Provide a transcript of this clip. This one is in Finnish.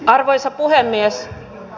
arvoisa puhemies